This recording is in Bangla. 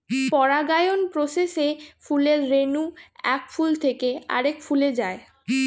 পরাগায়ন প্রসেসে ফুলের রেণু এক ফুল থেকে আরেক ফুলে যায়